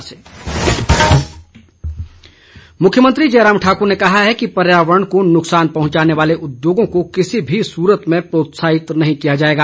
जयराम ठाकुर मुख्यमंत्री जयराम ठाकुर ने कहा है कि पर्यावरण को नुकसान पहुंचाने वाले उद्योगों को किसी भी सूरत में प्रोत्साहित नहीं किया जाएगा